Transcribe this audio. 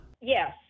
Yes